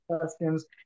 questions